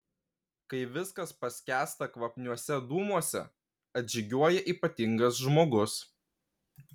kai viskas paskęsta kvapniuose dūmuose atžygiuoja ypatingas žmogus